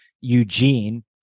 eugene